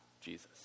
Jesus